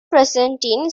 presenting